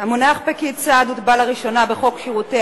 המונח "פקיד סעד" הוטבע לראשונה בחוק שירותי